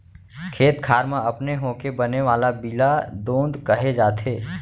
खेत खार म अपने होके बने वाला बीला दोंद कहे जाथे